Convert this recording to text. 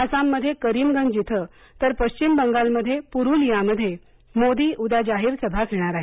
आसाममध्ये करीमगंज इथं तर पश्चिम बंगालमध्ये पुरुलियामध्ये मोदी उद्या जाहीर सभा घेणार आहेत